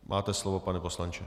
Máte slovo, pane poslanče.